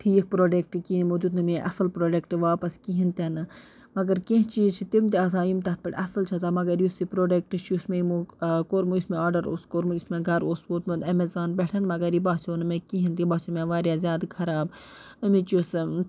ٹھیٖک پرٛوڈَکٹ کِہیٖنۍ یِمو دیُت نہٕ مےٚ یہِ اَصٕل پرٛوڈَکٹ واپس کِہیٖنۍ تہِ نہٕ مگر کینٛہہ چیٖز چھِ تِم تہِ آسان یِم تَتھ پٮ۪ٹھ اَصٕل چھِ آسان مگر یُس یہِ پرٛوڈَکٹ چھُ یُس مےٚ یِمو کوٚرمُت یُس مےٚ آرڈَر اوس کوٚرمُت یُس مےٚ گَرٕ اوس ووتمُت ایٚمیَزان پٮ۪ٹھ مگر یہِ باسیو نہٕ مےٚ کِہیٖنۍ تہِ یہِ باسیو مےٚ واریاہ زیادٕ خراب اَمچ یۄس